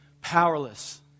powerless